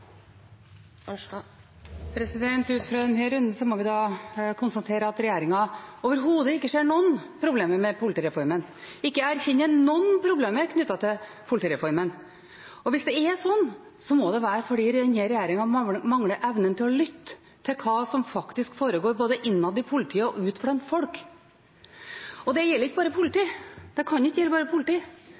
Ut ifra denne runden må vi konstatere at regjeringen overhodet ikke ser noen problemer med politireformen og ikke erkjenner at det er noen problemer knyttet til politireformen. Hvis det er slik, må det være fordi denne regjeringen mangler evnen til å lytte til hva som faktisk foregår både innad i politiet og ute blant folk. Det kan ikke gjelde bare politiet, for det